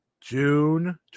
June